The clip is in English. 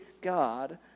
God